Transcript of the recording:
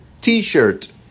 t-shirt